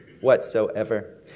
whatsoever